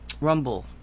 Rumble